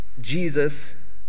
Jesus